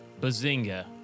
Bazinga